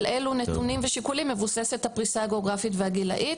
על אלו נתונים ושיקולים מבוססת הפריסה הגיאוגרפית והגילאית?